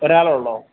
ഒരാളെയുള്ളുവോ